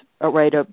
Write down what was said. right